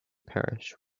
parish